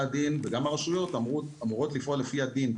הדין וגם הרשויות אמורות לפעול לפי הדין.